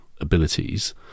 abilities